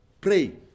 pray